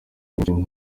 nyinshi